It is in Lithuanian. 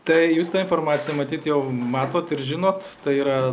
tai jūs tą informaciją matyt jau matot ir žinot tai yra